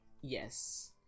Yes